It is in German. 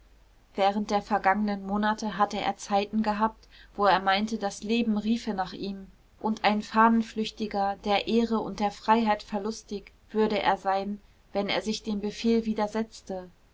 während der vergangenen monate hatte er zeiten gehabt wo er meinte das leben riefe nach ihm und ein fahnenflüchtiger der ehre und der freiheit verlustig würde er sein wenn er sich dem befehl widersetzte